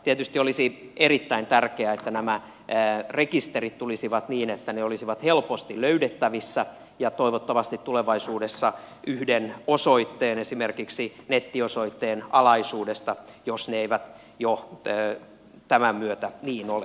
tietysti olisi erittäin tärkeää että nämä rekisterit tulisivat niin että ne olisivat helposti löydettävissä ja toivottavasti tulevaisuudessa yhden osoitteen esimerkiksi nettiosoitteen alaisuudesta jos ne eivät jo tämän myötä niin ole